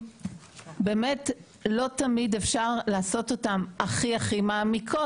באמת לא תמיד אפשר לעשות אותן הכי מעמיקות.